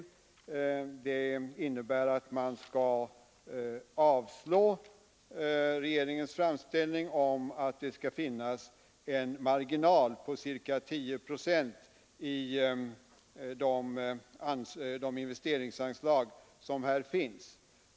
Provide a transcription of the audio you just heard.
I reservationen hemställs om avslag på regeringens framställning om att investeringsanslagen skall beräknas med en marginal på 10 procent.